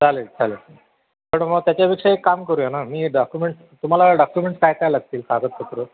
चालेल चालेल पण मग त्याच्यापेक्षा एक काम करू या ना मी डॉक्युमेंट्स तुम्हाला डॉक्युमेंट्स काय काय लागतील कागदपत्रं